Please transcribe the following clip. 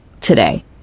today